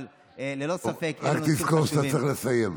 אבל ללא ספק, רק תזכור שאתה צריך לסיים.